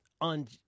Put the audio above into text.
On